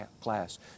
class